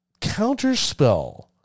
Counterspell